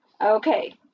Okay